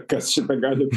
kas šitą gali